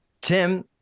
tim